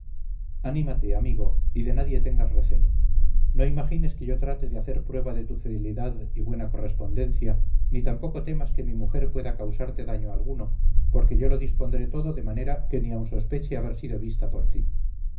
anímate amigo y de nadie tengas recelo no imagines que yo trate de hacer prueba de tu fidelidad y buena correspondencia ni tampoco temas que mi mujer pueda causarte daño alguno porque yo lo dispondré todo de manera que ni aun sospeche haber sido vista por ti